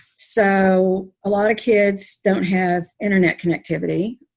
so a lot of kids don't have internet connectivity,